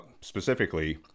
Specifically